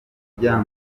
n’umusore